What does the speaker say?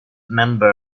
member